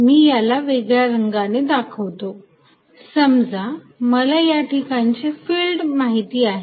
मी याला वेगळ्या रंगाने दाखवतो समजा मला या ठिकाणची फिल्ड माहिती आहे